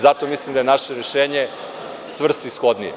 Zato mislim da je naše rešenje svrsishodnije.